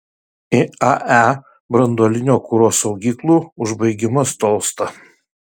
iae branduolinio kuro saugyklų užbaigimas tolsta